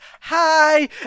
hi